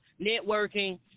networking